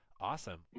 Awesome